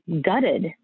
gutted